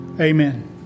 Amen